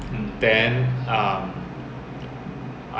then after that call for um after take off